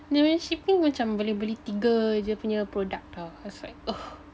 dia punya shipping macam boleh beli tiga dia punya product [tau] I was like ugh